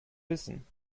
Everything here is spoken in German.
wissen